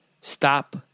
stop